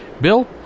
Bill